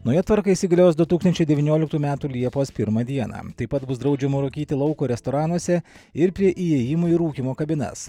nauja tvarka įsigalios du tūkstančiai devynioliktų metų liepos pirmą dieną taip pat bus draudžiama rūkyti lauko restoranuose ir prie įėjimų į rūkymo kabinas